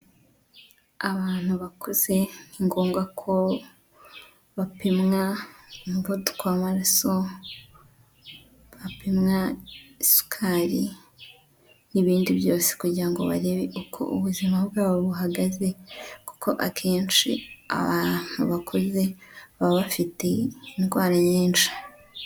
Abantu baku ni ngombwa ko bapimwa umuvuduko w'amaraso, bapimwa isukari n'ibindi byose kugira ngo barebe uko ubuzima bwabo buhagaze, kuko akenshi abakuze baba bafite indwara nyinshi.